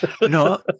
no